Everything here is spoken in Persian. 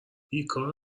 بیکار